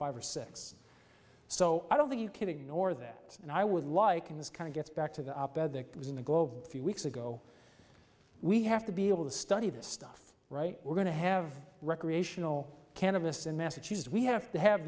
five or six so i don't think you kidding nor that and i would liken this kind of gets back to the op ed that was in the globe few weeks ago we have to be able to study this stuff right we're going to have recreational cannabis in massachusetts we have to have